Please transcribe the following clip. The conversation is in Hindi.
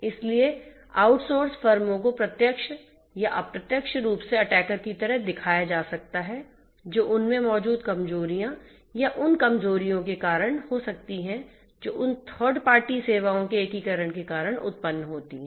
इसलिए आउटसोर्स फर्मों को प्रत्यक्ष या अप्रत्यक्ष रूप से अटैकर की तरह दिखाया जा सकता है जो उन में मौजूद कमजोरियों या उन कमजोरियों के कारण हो सकती हैं जो उन थर्ड पार्टी सेवाओं के एकीकरण के कारण उत्पन्न होती हैं